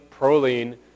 proline